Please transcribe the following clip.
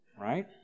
right